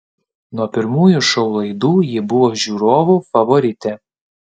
nuo pirmųjų šou laidų ji buvo žiūrovų favoritė